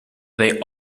they